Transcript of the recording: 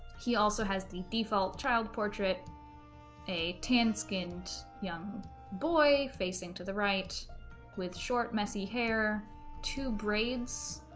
he also has the default child portrait a tan skinned young boy facing to the right with short messy hair two braids